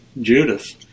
Judith